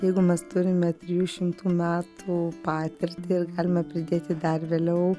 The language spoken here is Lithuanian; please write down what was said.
jeigu mes turime trijų šimtų metų patirtį ir galime pridėti dar vėliau